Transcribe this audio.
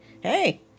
hey